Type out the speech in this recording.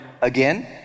again